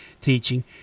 teaching